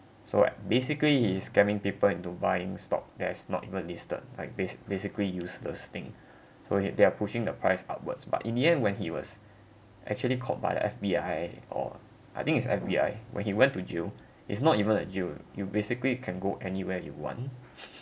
so basically he is scamming people into buying stock that is not even listed like bas~ basically use the thing so he they are pushing the price upwards but in the end when he was actually caught by the F_B_I or I think is F_B_I when he went to jail is not even a jail you basically you can go anywhere you want